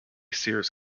sears